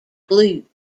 blue